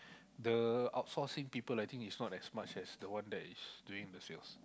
the out forcing people I think is not as much as the one that is doing yours